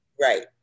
Right